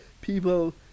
people